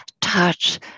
touch